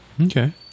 Okay